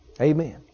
Amen